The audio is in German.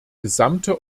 gesamte